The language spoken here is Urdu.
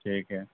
ٹھیک ہے